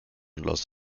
los